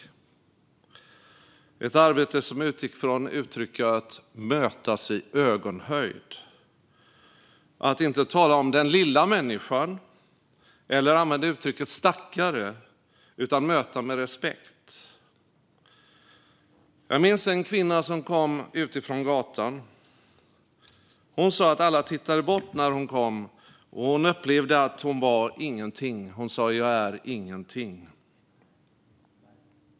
Det var ett arbete som utgick från uttrycket "mötas i ögonhöjd" och från att inte tala om den lilla människan eller använda uttrycket "stackare" utan att möta med respekt. Jag minns en kvinna som kom från gatan. Hon sa att alla tittade bort när hon kom, och hon upplevde att hon var ingenting. Hon sa: Jag är ingenting.